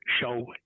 show